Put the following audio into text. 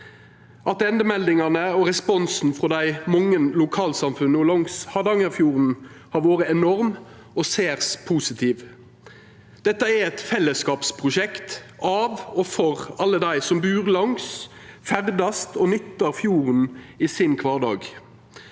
Attendemeldingane og responsen frå dei mange lokalsamfunna langs Hardangerfjorden har vore enorm og særs positiv. Dette er eit fellesskapsprosjekt av og for alle dei som bur langs, ferdast ved og nyttar fjorden i sin kvardag.